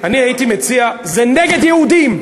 אני הייתי מציע, זה לא נגד יהודים.